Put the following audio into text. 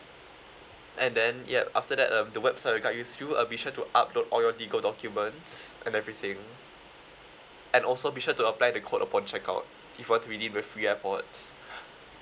and then yup after that um the website will guide you through uh be sure to upload all your legal documents and everything and also be sure to apply the code upon checkout if you want to redeem the free airpods